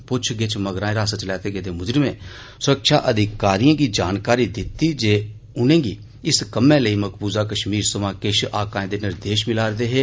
पुच्छ गिच्छ मगरा हिरासत च लैते गेदे मुजरिमें सुरक्षा अधिकारिएं गी जानकारी दिती जे उनें गी इस कम्मै लेई मकबूजा कश्मीर सवां किश आकाएं दे निर्देश मिला रदे हे